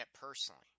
personally